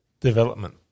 development